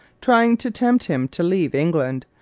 trying to tempt him to leave england,